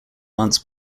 months